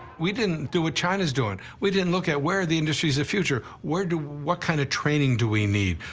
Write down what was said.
we didn't do what china's doing. we didn't look at, where are the industries of the future? where do. what kind of training do we need?